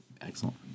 Excellent